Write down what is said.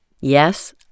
Yes